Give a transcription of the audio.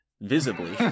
visibly